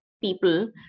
people